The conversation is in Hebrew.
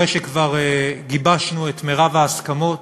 אחרי שכבר גיבשנו את רוב ההסכמות,